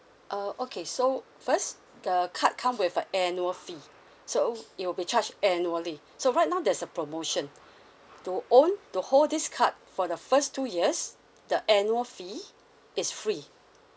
uh okay so first the card come with a annual fee so it will be charged annually so right now there's a promotion to own to hold this card for the first two years the annual fee is free